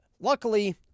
luckily